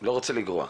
ואני לא רוצה לגרוע,